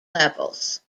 levels